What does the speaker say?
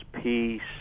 peace